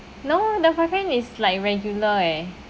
no the boyfriend is like regular eh